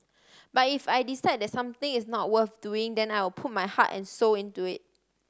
but if I decide the something is not worth doing then I'll put my heart and soul into it